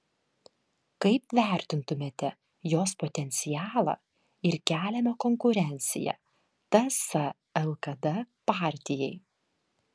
kaip vertintumėte jos potencialą ir keliamą konkurenciją ts lkd partijai